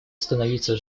становиться